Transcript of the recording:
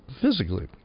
physically